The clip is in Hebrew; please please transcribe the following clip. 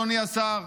אדוני השר,